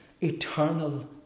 eternal